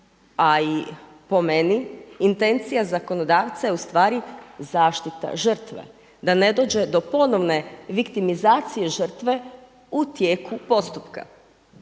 a i po meni intencija zakonodavca je ustvari zaštita žrtve, da ne dođe do ponovne viktimizacije žrtve u tijeku postupka.